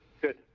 Good